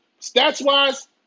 Stats-wise